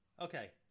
okay